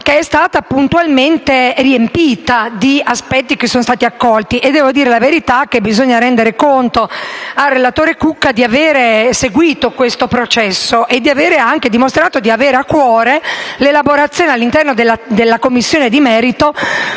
che è stata puntualmente riempita di aspetti che sono stati accolti. E, devo dire la verità, bisogna rendere merito al relatore Cucca di avere seguito questo processo e di avere dimostrato di avere a cuore l'elaborazione, all'interno della Commissione di merito,